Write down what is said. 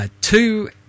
two